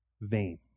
vain